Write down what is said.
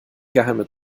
geheime